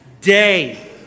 day